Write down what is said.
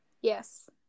Yes